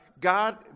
God